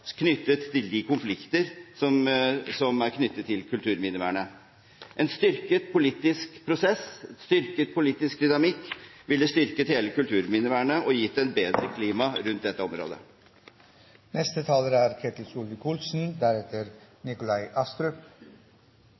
de konflikter som er knyttet til kulturminnevernet. En styrket politisk prosess, en styrket politisk dynamikk, ville styrket hele kulturminnevernet og gitt et bedra klima rundt dette området. Det er litt interessant å oppleve denne debatten, for den viser en regjering som er